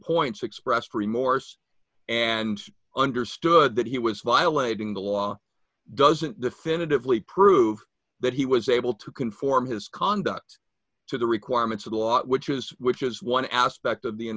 points expressed remorse and understood that he was violating the law doesn't definitively prove that he was able to conform his conduct to the requirements of the law which is which is one aspect of